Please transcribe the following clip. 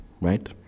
right